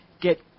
get